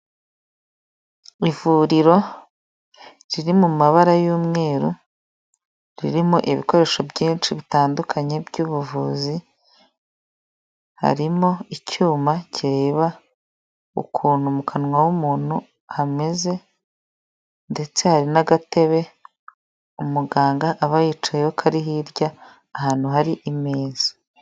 Ivuriro riri mu mabara y'umweru ririmo ibikoresho byinshi bitandukanye by'ubuvuzi, harimo icyuma kireba ukuntu mu kanwa w'umuntu hameze ndetse hari n'agatebe umuganga aba yicayeho kari hirya ahantu hari imeza.